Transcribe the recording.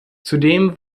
zudem